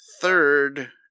third